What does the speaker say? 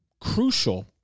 crucial